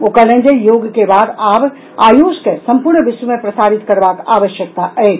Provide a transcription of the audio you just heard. ओ कहलनि जे योग के बाद आब आयुष के सम्पूर्ण विश्व मे प्रसारित करबाक आवश्यकता अछि